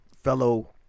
fellow